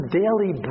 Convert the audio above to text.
daily